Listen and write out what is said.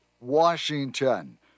Washington